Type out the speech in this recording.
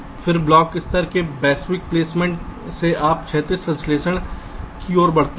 फिर ब्लॉक स्तर के वैश्विक प्लेसमेंट से आप भौतिक संश्लेषण की ओर बढ़ते हैं